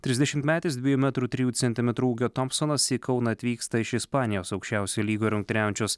trisdešimtmetis dviejų metrų trijų centimetrų ūgio tompsonas į kauną atvyksta iš ispanijos aukščiausioje lygoje rungtyniaujančios